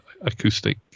acoustic